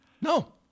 No